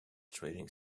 trading